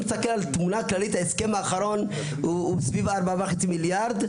ההסכם האחרון הוא סביב 4.5 מיליארד,